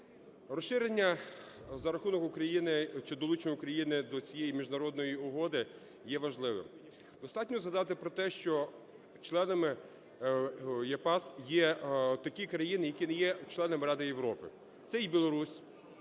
Розширення за рахунок України чи долучення України до цієї міжнародної угоди є важливим. Достатньо згадати про те, що членами EPAS є такі країни, які не є членами Ради Європи: це і Білорусь,